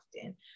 often